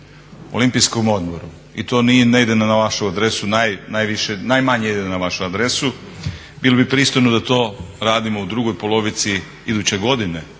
Olimpijskom odboru. I to ne ide na vašu adresu, najmanje ide na vašu adresu. Bilo bi pristojno da to radimo u drugoj polovici iduće godine,